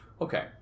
Okay